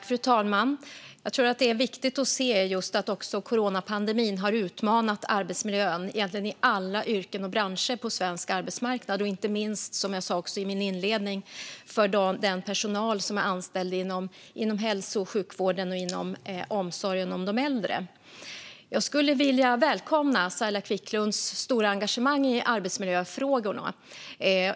Fru talman! Det är viktigt att se att coronapandemin har utmanat arbetsmiljön i alla yrken och branscher på svensk arbetsmarknad, inte minst, som jag sa i min inledning, för den personal som är anställd inom hälso och sjukvården och inom äldreomsorgen. Jag välkomnar Saila Quicklunds stora engagemang i arbetsmiljöfrågorna.